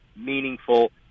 meaningful